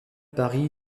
paris